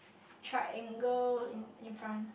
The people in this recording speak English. triangle in in front